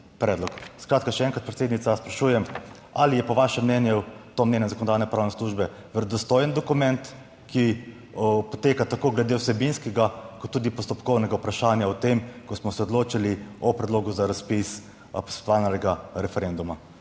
predlog. Skratka, še enkrat predsednica, sprašujem: Ali je po vašem mnenju to mnenje Zakonodajnopravne službe verodostojen dokument, ki poteka tako glede vsebinskega, kot tudi postopkovnega vprašanja o tem, ko smo se odločali o predlogu za razpis posvetovalnega referenduma.